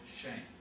shame